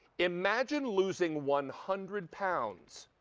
imagine losing one hundred pounds.